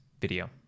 video